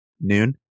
noon